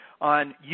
on